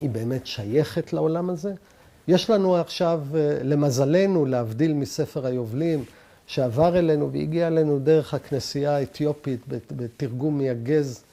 ‫היא באמת שייכת לעולם הזה? ‫יש לנו עכשיו, למזלנו, ‫להבדיל מספר היובלים, ‫שעבר אלינו והגיע אלינו ‫דרך הכנסייה האתיופית ‫בתרגום מאגז.